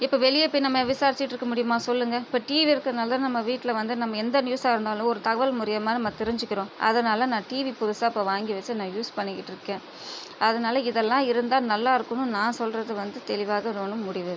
இப்போது வெளியே போய் நம்ம விசாரிச்சுட்டு இருக்க முடியுமா சொல்லுங்கள் இப்போது டிவி இருக்கிறதுனாலதான் நம்ம வீட்டில் வந்து நம்ம எந்த நியூஸாக இருந்தாலும் ஒரு தகவல் மூலயமா நம்ம தெரிஞ்சுக்கிறோம் அதனாலே நான் டிவி புதுசாக இப்போது வாங்கி வச்சு நான் யூஸ் பண்ணிக்கிட்டுருக்கேன் அதனாலே இதெல்லாம் இருந்தால் நல்லா இருக்கணும் நான் சொல்வது வந்து தெளிவான முடிவு